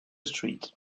street